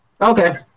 Okay